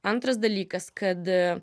antras dalykas kad